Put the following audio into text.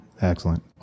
Excellent